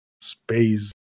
space